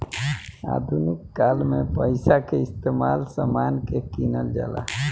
आधुनिक काल में पइसा के इस्तमाल समान के किनल जाला